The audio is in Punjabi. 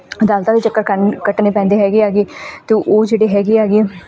ਅਦਾਲਤਾਂ ਦੇ ਚੱਕਰ ਕਨ ਕੱਟਣੇ ਪੈਂਦੇ ਹੈਗੇ ਐਗੇ ਅਤੇ ਉਹ ਜਿਹੜੇ ਹੈਗੇ ਐਗੇ